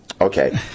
Okay